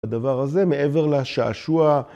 ‫בדבר הזה, מעבר לשעשוע...